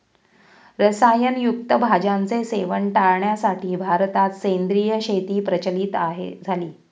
रसायन युक्त भाज्यांचे सेवन टाळण्यासाठी भारतात सेंद्रिय शेती प्रचलित झाली